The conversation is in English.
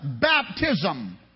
baptism